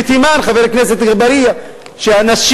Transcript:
מחיר" ידוע, והאנשים